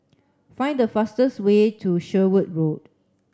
find the fastest way to Sherwood Road